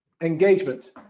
engagement